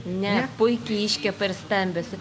ne puikiai iškepa ir stambios